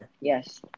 Yes